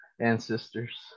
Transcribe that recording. Ancestors